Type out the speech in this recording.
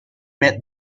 mid